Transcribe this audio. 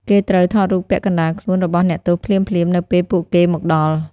គេត្រូវថតរូបពាក់កណ្ដាលខ្លួនរបស់អ្នកទោសភ្លាមៗនៅពេលពួកគេមកដល់។